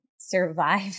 Survive